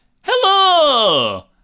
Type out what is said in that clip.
Hello